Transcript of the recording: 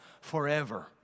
forever